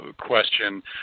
question